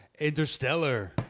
interstellar